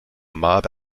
mob